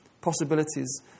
possibilities